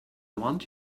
want